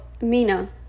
Mina